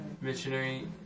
missionary